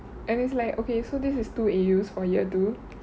and it's like okay so this is two A_Us for year two